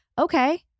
okay